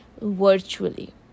virtually